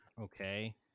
Okay